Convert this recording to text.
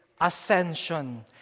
ascension